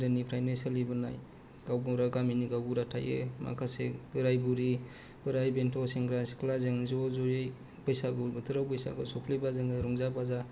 गोदोनिफ्रायनो सोलिबोनाय गावबुरा गामिनि गावबुरा थायो माखासे बोराय बुरि बोराय बेन्थ' सेंग्रा सिख्ला जों ज' ज'यै बैसागु बोथोराव बैसागु सफैब्ला जोङो रंजा बाजा